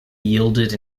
yielded